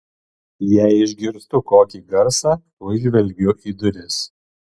jei išgirstu kokį garsą tuoj žvelgiu į duris